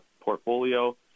portfolio